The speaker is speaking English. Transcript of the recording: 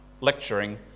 lecturing